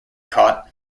caught